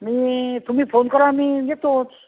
मी तुम्ही फोन करा मी येतोच